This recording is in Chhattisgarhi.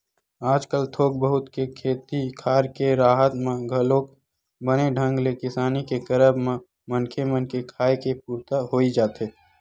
आजकल थोक बहुत के खेती खार के राहत म घलोक बने ढंग ले किसानी के करब म मनखे मन के खाय के पुरता होई जाथे